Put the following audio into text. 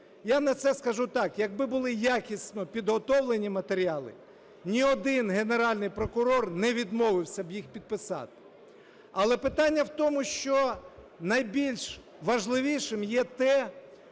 Я на це скажу так. Якби були якісно підготовлені матеріали, ні один Генеральний прокурор не відмовився б їх підписати. Але питання в тому, що найбільш важливішим є те,